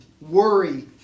worry